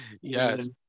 Yes